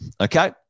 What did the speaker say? Okay